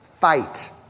fight